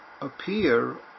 appear